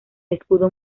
escudo